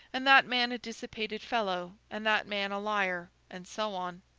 and that man a dissipated fellow, and that man a liar, and so on.